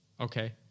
Okay